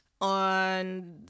on